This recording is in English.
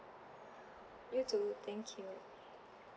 you too thank you